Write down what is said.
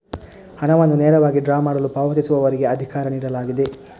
ಹಣವನ್ನು ನೇರವಾಗಿ ಡ್ರಾ ಮಾಡಲು ಪಾವತಿಸುವವರಿಗೆ ಅಧಿಕಾರ ನೀಡಲಾಗಿದೆ